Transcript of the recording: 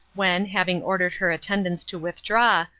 when, having ordered her attendants to withdraw,